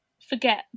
forget